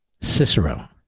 Cicero